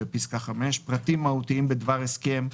פרטים מהותיים בדבר ההסכם,